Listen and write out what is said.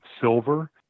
silver